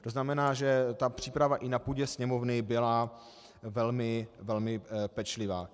To znamená, že příprava i na půdě Sněmovny byla velmi pečlivá.